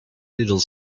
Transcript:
little